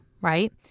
right